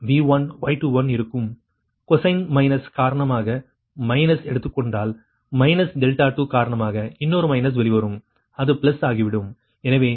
cosine minus காரணமாக minus எடுத்துக்கொண்டால் minus 2 காரணமாக இன்னொரு மைனஸ் வெளிவரும் அது பிளஸ் ஆகிவிடும்